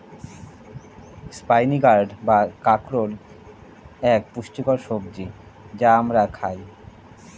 spiny gourd বা কাঁকরোল এক পুষ্টিকর সবজি যা আমরা খাই